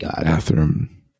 Bathroom